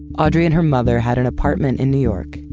audrey and her mother had an apartment in new york.